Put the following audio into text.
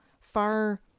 far